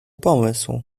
pomysł